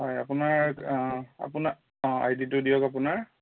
হয় আপোনাৰ আপোনাৰ অঁ আই ডিটো দিয়ক আপোনাৰ